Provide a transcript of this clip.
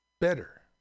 better